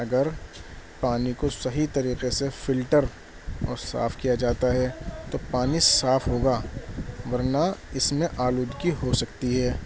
اگر پانی کو صحیح طریقے سے فلٹر اور صاف کیا جاتا ہے تو پانی صاف ہوگا ورنہ اس میں آلودگی ہو سکتی ہے